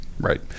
Right